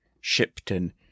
Shipton